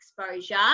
exposure